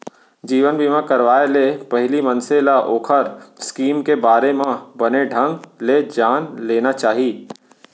जीवन बीमा करवाय ले पहिली मनसे ल ओखर स्कीम के बारे म बने ढंग ले जान लेना चाही